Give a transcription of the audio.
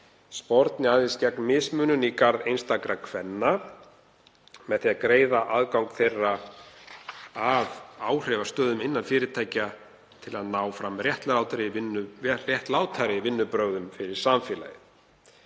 sporni aðeins gegn mismunun í garð einstakra kvenna með því að greiða aðgang þeirra að áhrifastöðum innan fyrirtækja til að ná fram réttlátari vinnubrögðum fyrir samfélagið.